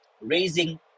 raising